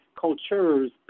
cultures